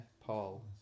Paul